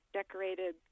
decorated